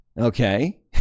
okay